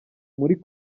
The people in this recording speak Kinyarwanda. muri